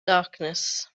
darkness